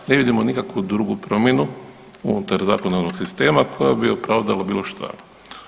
Ne vidimo nikakvu drugu promjenu unutar zakonodavnog sistema, koja bi opravdala bilo što.